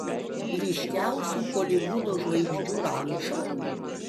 ryškiausių holivudo žvaigždžių ranča